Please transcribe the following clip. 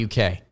UK